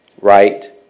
right